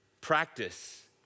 Practice